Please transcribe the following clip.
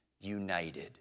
united